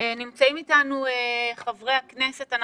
נמצאים איתנו חברי הכנסת,